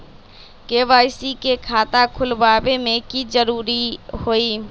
KYC के खाता खुलवा में की जरूरी होई?